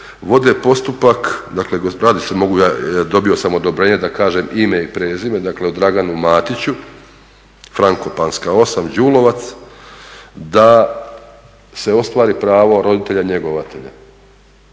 vode postupak, i radi se o, dakle dobio sam odobrenje da kažem ime i prezime, dakle o Draganu Matiću, Frankopanska 8, Đulovac, da se ostvari pravo roditelja njegovatelja.